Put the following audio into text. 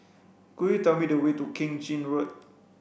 could you tell me the way to Keng Chin Road